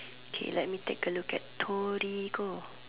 okay let me take a look at Torigo